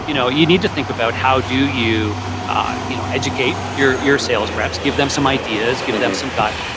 you know you need to think about, how do you ah you know educate your your sales reps, give them some ideas, give them some guidance?